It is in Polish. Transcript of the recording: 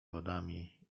wodami